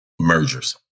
Mergers